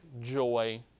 joy